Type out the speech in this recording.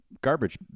garbage